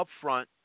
upfront